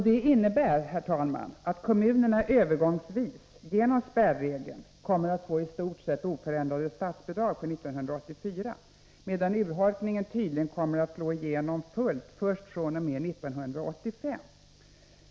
Detta innebär, herr talman, att kommunerna övergångsvis genom spärregeln kommer att få i stort sett oförändrat statsbidrag för 1984, medan urholkningen tydligen kommer att slå igenom fullt först fr.o.m. 1985.